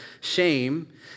shame